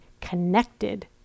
connected